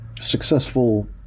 successful